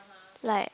like